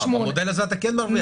במודל הזה אתה כן מרוויח.